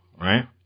right